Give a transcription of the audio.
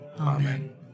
Amen